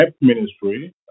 ministry